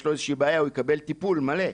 לו איזושהי בעיה הוא יקבל טיפול מלא,